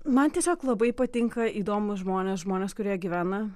man tiesiog labai patinka įdomūs žmonės žmonės kurie gyvena